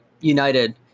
United